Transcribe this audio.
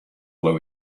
were